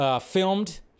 filmed